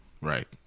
right